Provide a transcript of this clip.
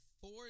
four